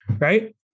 right